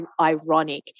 ironic